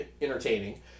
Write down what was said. entertaining